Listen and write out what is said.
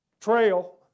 trail